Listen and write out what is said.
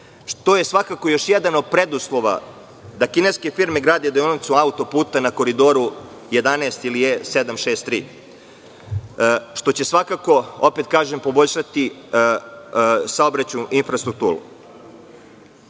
što je svakako još jedan od preduslova da kineske firme grade deonicu autoputa na Koridoru 11 ili E 763, što će svakako, opet kažem, poboljšati saobraćajnu infrastrukturu. Vlada